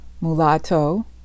Mulatto